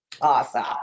Awesome